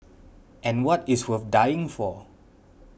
and what is worth dying for